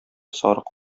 сарык